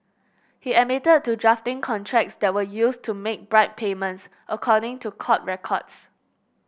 he admitted to drafting contracts that were used to make bribe payments according to court records